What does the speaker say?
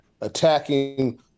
attacking